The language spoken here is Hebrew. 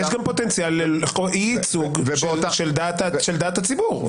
יש גם פוטנציאל לאי ייצוג של דעת הציבור.